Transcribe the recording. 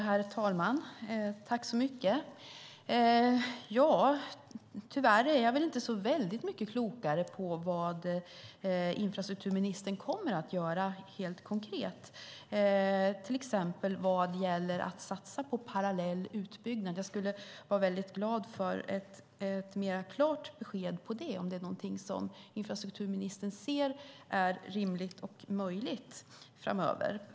Herr talman! Tack så mycket för svaret. Tyvärr är jag inte så väldigt mycket klokare på vad infrastrukturministern kommer att göra helt konkret till exempel vad gäller att satsa på parallell utbyggnad. Jag skulle vara väldigt glad för ett mer klart besked om det och om det är någonting som infrastrukturministern ser är rimligt och möjligt framöver.